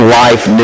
life